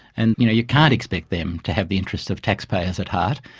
and you know you can't expect them to have the interests of taxpayers at heart.